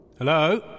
Hello